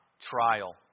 trial